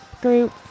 group